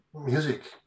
music